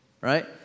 Right